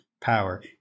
power